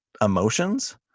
emotions